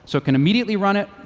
so can immediately run it,